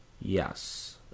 Yes